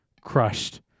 crushed